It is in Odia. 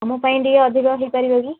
ଆମ ପାଇଁ ଟିକେ ଅଧିକ ହୋଇପାରିବ କି